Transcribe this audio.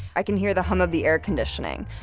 i can hear the hum of the air conditioning.